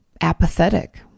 apathetic